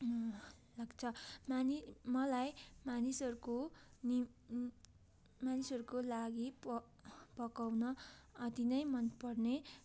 लाग्छ मानि मलाई मानिसहरूको नि मानिसहरूको लागि प पकाउन अति नै मनपर्ने